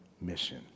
mission